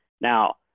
Now